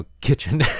kitchen